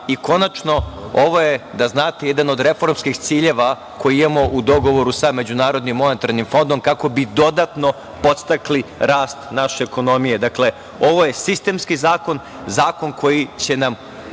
i konačno, ovo je, da znate, jedan od reformskih ciljeva koje imamo u dogovoru sa MMF-om, kako bi dodatno podstakli rast naše ekonomije. Dakle, ovo je sistemski zakon, zakon koji će nam